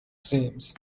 seams